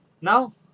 Now